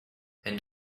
and